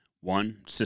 One